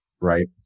right